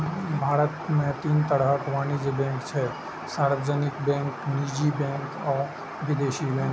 भारत मे तीन तरहक वाणिज्यिक बैंक छै, सार्वजनिक बैंक, निजी बैंक आ विदेशी बैंक